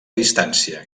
distància